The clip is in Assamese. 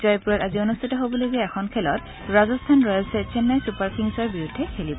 জয়পুৰত আজি অনুষ্ঠিত হবলগীয়া এখন খেলত ৰাজস্থান ৰয়েলছে চেন্নাই চূপাৰ কিংছৰ বিৰুদ্ধে খেলিব